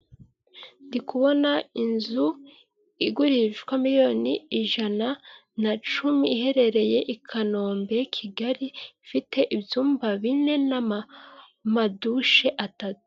Ndi kubona inzu igurishwa miliyoni ijana na cumi iherereye i kanombe kigali ifite ibyumba bine n'amadushe atatu.